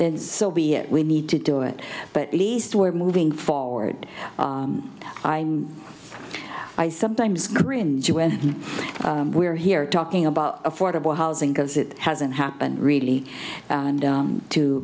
then so be it we need to do it but at least we're moving forward i mean i sometimes cringe when we're here talking about affordable housing because it hasn't happened really and